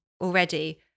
already